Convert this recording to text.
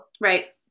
Right